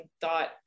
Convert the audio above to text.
thought